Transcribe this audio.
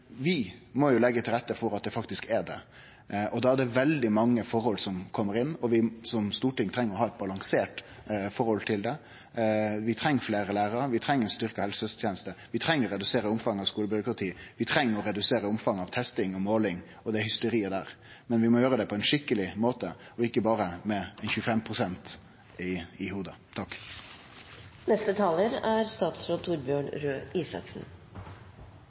vi må leggje til rette for at det faktisk er det. Da er det veldig mange forhold som kjem inn, og Stortinget treng å ha eit balansert forhold til det. Vi treng fleire lærarar, vi treng ei styrkt helsesøsterteneste, vi treng å redusere omfanget av skolebyråkrati, vi treng å redusere omfanget av testing og måling og det hysteriet der, men vi må gjere det på ein skikkeleg måte og ikkje berre med ein 25 pst. i hovudet. Jeg tror at et greit utgangspunkt i denne debatten er